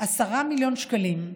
10 מיליוני שקלים,